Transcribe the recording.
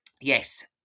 yes